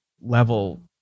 level